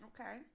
Okay